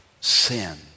sin